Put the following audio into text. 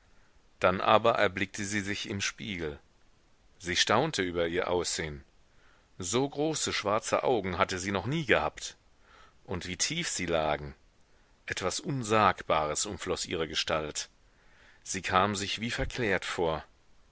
dann aber erblickte sie sich im spiegel sie staunte über ihr aussehen so große schwarze augen hatte sie noch nie gehabt und wie tief sie lagen etwas unsagbares umfloß ihre gestalt sie kam sich wie verklärt vor